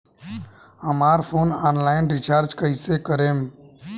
हमार phone online recharge कईसे करेम?